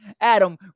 Adam